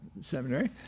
Seminary